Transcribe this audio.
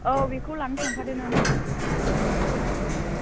औ बेखौ लाना थांफादो गासैखौबो ओ